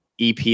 EP